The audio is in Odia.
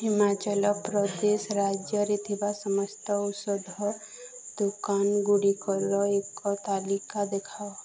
ହିମାଚଳ ପ୍ରଦେଶ ରାଜ୍ୟରେ ଥିବା ସମସ୍ତ ଔଷଧ ଦୋକାନଗୁଡ଼ିକର ଏକ ତାଲିକା ଦେଖାଅ